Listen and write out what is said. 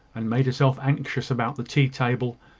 and made herself anxious about the tea-table,